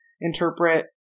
interpret